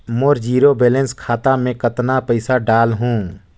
मोर zero balance खाता मे कतना पइसा डाल हूं?